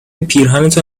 پیرهنتو